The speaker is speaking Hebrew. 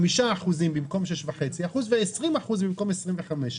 5 אחוזים במקום 6.5 אחוזים ו-20 אחוזים במקום 25 אחוזים,